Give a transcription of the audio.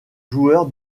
joueur